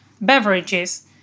beverages